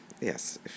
yes